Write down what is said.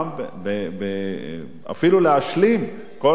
אפילו להשלים כל מה שצריך,